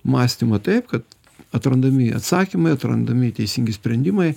mąstymą taip kad atrandami atsakymai atrandami teisingi sprendimai